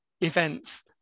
events